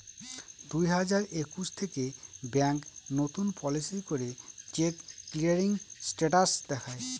দুই হাজার একুশ থেকে ব্যাঙ্ক নতুন পলিসি করে চেক ক্লিয়ারিং স্টেটাস দেখায়